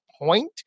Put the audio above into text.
point